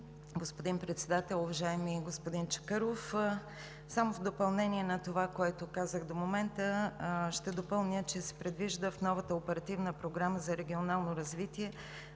господин Председател! Уважаеми господин Чакъров, в допълнение на това, което казах до момента, ще заявя, че се предвижда новата Оперативна програма за регионално развитие